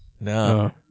No